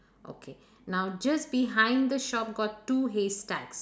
okay now just behind the shop got two hay stacks